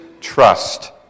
trust